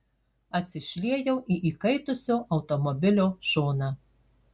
atsišliejau į įkaitusio automobilio šoną